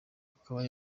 akaba